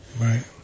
Right